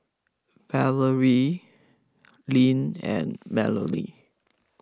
Valorie Lynn and Melany